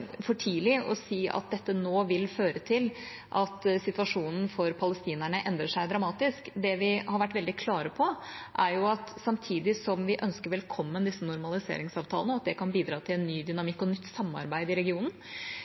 for tidlig å si at dette nå vil føre til at situasjonen for palestinerne endrer seg dramatisk. Det vi har vært veldig klare på og har sagt, er at samtidig som vi ønsker velkommen disse normaliseringsavtalene, og at det kan bidra til en ny dynamikk og nytt samarbeid i regionen,